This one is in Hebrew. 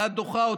ואת דוחה אותנו.